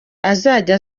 azajya